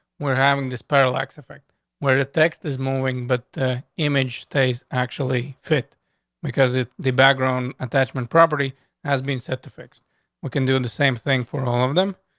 we're having this parallax effect where the text is moving, but image stays actually fit because the background attachment property has been set to fix weaken, doing the same thing for all of them.